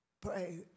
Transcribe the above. pray